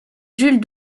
jules